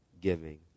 giving